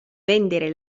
vendere